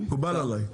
מקובל עליי.